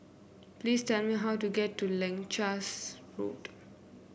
please tell me how to get to Leuchars Road